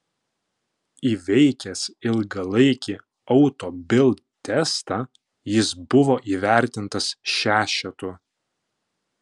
įveikęs ilgalaikį auto bild testą jis buvo įvertintas šešetu